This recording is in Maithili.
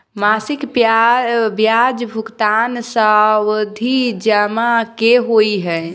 मासिक ब्याज भुगतान सावधि जमा की होइ है?